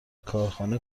کارخانه